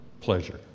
pleasure